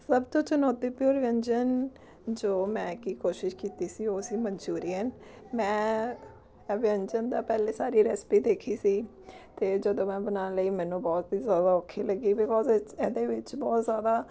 ਸਭ ਤੋਂ ਚਣੌਤੀਪੂਰਨ ਵਿਅੰਜਨ ਜੋ ਮੈਂ ਕਿ ਕੋਸ਼ਿਸ ਕੀਤੀ ਸੀ ਉਹ ਸੀ ਮਨਚੂਰੀਅਨ ਮੈਂ ਵਿਅੰਜਨ ਦਾ ਪਹਿਲੇ ਸਾਰੀ ਰੈਸਪੀ ਦੇਖੀ ਸੀ ਅਤੇ ਜਦੋਂ ਮੈਂ ਬਣਾਉਣ ਲਈ ਮੈਨੂੰ ਬਹੁਤ ਹੀ ਜ਼ਿਆਦਾ ਔਖੀ ਲੱਗੀ ਬਿਕੌਜ਼ ਇਹਦੇ ਵਿੱਚ ਬਹੁਤ ਜ਼ਿਆਦਾ